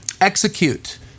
Execute